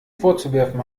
vorzuwerfen